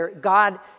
God